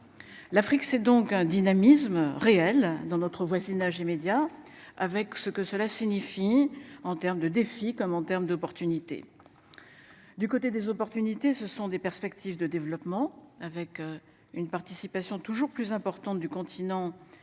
L'Afrique c'est donc un dynamisme réel dans notre voisinage immédiat avec ce que cela signifie en termes de défis comme en termes d'opportunité. Du côté des opportunités. Ce sont des perspectives de développement avec une participation toujours plus importante du continent dans